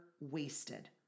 wasted